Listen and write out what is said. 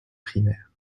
primaires